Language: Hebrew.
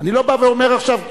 אני לא בא ואומר עכשיו "כן",